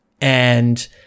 and-